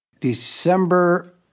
December